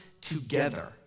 together